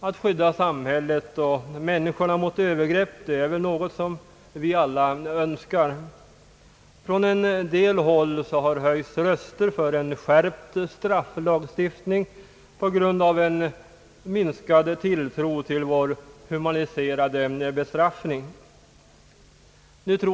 Att skydda samhället och människorna mot övergrepp önskar vi väl alla. Från en del håll har röster höjts för en skärpt strafflagstiftning, man har pekat på en minskad tilltro till vårt humaniserade bestraffningssystem.